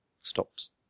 stops